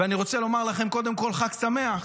ואני רוצה לומר לכם קודם כול חג שמח,